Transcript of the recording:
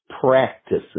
practices